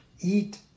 Eat